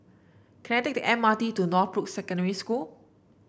can I take the M R T to Northbrook Secondary School